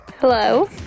Hello